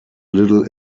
little